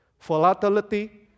Volatility